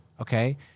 okay